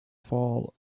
fall